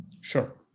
Sure